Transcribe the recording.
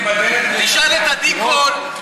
תשאל את עדי קול,